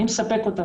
אני מספק אותם.